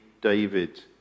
David